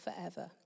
forever